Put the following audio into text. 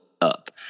up